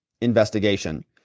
investigation